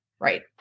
Right